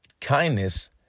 kindness